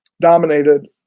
dominated